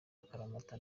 akaramata